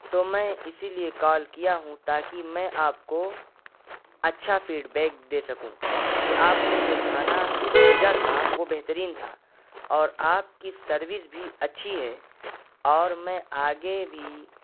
تو میں اسی لیے کال کیا ہوں تاکہ میں آپ کو اچھا فیڈ بیک دے سکوں کہ آپ نے جو کھانا بھیجا تھا وہ بہترین تھا اور آپ کی سروس بھی اچھی ہے اور میں آگے بھی